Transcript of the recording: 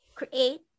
create